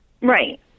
right